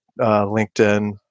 LinkedIn